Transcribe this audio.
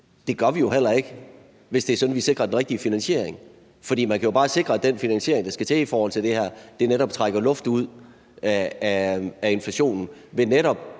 Det gør vi jo heller ikke, hvis det er sådan, at vi sikrer den rigtige finansiering. For man kan jo bare sikre, at den finansiering, der skal til, til det her netop trækker luft ud af inflationen,